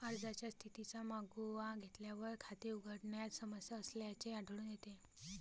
अर्जाच्या स्थितीचा मागोवा घेतल्यावर, खाते उघडण्यात समस्या असल्याचे आढळून येते